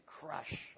crush